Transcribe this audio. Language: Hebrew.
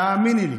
תאמיני לי.